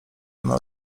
ona